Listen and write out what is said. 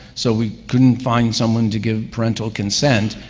so we couldn't find someone to give parental consent.